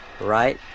right